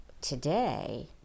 today